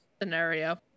scenario